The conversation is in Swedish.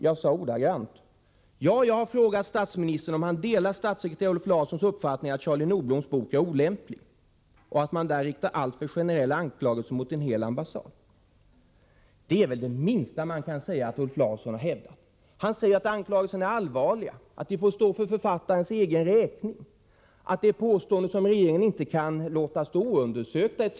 Jag sade ordagrant: Ja, jag har frågat statsministern om han delar statssekreterare Ulf Larssons uppfattning att Charlie Nordbloms bok är olämplig och att man där riktar alltför generella anklagelser mot en hel ambassad. Det minsta man kan säga är väl att Ulf Larsson har hävdat detta. Han säger att anklagelserna är allvarliga, att de får stå för författarens egen räkning, att det är påståenden som regeringen inte kan låta stå oundersökta etc.